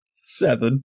seven